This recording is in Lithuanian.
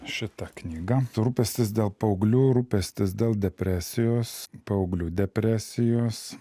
šitą knygą rūpestis dėl paauglių rūpestis dėl depresijos paauglių depresijos